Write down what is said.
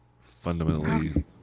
fundamentally